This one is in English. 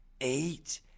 eight